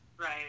Right